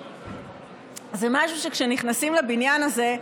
זה משהו שכשנכנסים לבניין הזה,